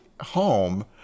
home